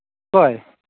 ᱚᱠᱚᱭ